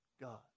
God